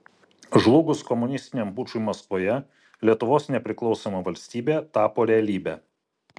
žlugus komunistiniam pučui maskvoje lietuvos nepriklausoma valstybė tapo realybe